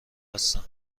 هستم